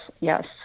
yes